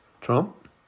Trump